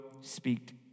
speak